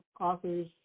authors